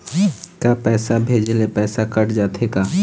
का पैसा भेजे ले पैसा कट जाथे का?